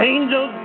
Angels